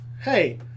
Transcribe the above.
hey